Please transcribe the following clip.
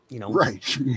Right